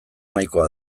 nahikoa